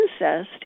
incest